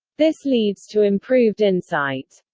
this leads to improved insight.